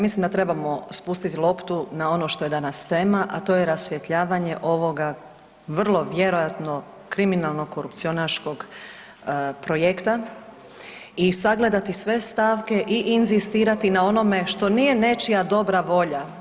Mislim da trebamo spustiti loptu na ono što je danas tema, a to je rasvjetljavanje ovoga vrlo vjerojatno kriminalno-korupcionaškog projekta i sagledati sve stavke i inzistirati na onome što nije nečija dobra volja.